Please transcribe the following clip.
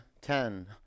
ten